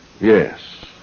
Yes